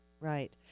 right